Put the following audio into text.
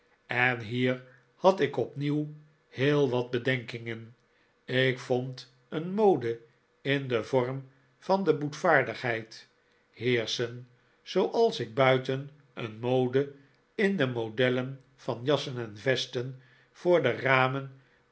en hier had ik opnieuw heel wat bedenkingen ik vond een mode in den vorm van de boetvaardigheid heerschen zooals ik buiten een mode in de modellen van jassen en vesten voor de ramen